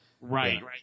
Right